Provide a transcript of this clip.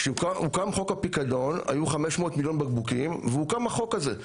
כשהוקם חוק הפיקדון היו 500 מיליון בקבוקים והוקם החוק הזה.